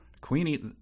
Queenie